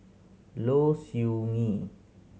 Low Siew Nghee